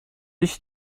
ich